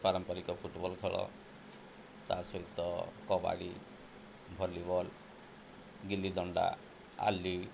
ପାରମ୍ପରିକ ଫୁଟ୍ବଲ୍ ଖେଳ ତା ସହିତ କବାଡ଼ି ଭଲିବଲ୍ ଗିଲିଦଣ୍ଡା ଆଲି